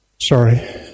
Sorry